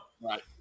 Right